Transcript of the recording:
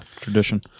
Tradition